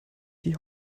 die